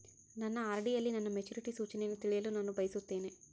ನನ್ನ ಆರ್.ಡಿ ಯಲ್ಲಿ ನನ್ನ ಮೆಚುರಿಟಿ ಸೂಚನೆಯನ್ನು ತಿಳಿಯಲು ನಾನು ಬಯಸುತ್ತೇನೆ